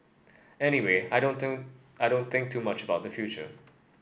anyway I don't think I don't think too much about the future